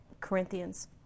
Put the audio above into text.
Corinthians